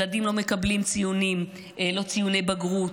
ילדים לא מקבלים ציונים, לא ציוני בגרות,